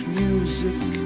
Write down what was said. music